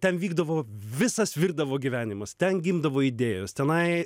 ten vykdavo visas virdavo gyvenimas ten gimdavo idėjos tenai